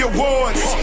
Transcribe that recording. Awards